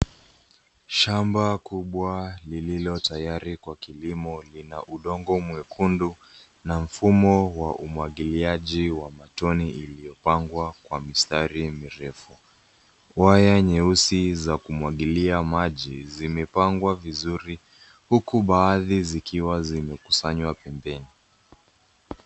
Shamba kubwa lililo tayari kwa kilimo lina udongo mwekundu na mfumo wa umwagiliaji wa matone iliyopangwa kwa mistari mirefu. Waya nyeusi za kumwagilia maji zimepangwa vizuri, huku baadhi zikiwa zimekusanywa pembeni.